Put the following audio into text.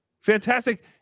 Fantastic